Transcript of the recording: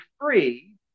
free